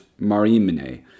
Marimene